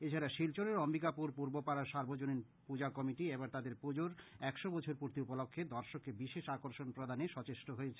এছাড়া শিলচরের অধ্বিকাপুর পূর্বপাড়া সার্বজনীন পুজা কমিটি এবার তাদের পূজোর একশো বছর পূর্তি উপলক্ষে দর্শককে বিশেষ আকর্ষণ প্রদানে সচেষ্ট হয়েছে